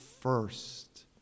first